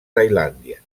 tailàndia